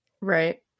Right